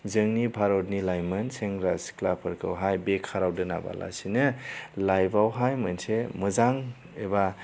जोंनि भारतनि लाइमोन सेंग्रा सिख्लाफोरखौहाय बेखाराव दोनाबालासिनो लाइफआवहाय मोनसे मोजां एबा